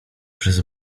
przez